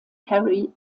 harry